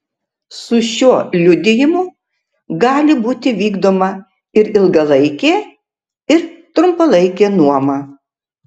su šiuo liudijimu gali būti vykdoma ir ilgalaikė ir trumpalaikė nuoma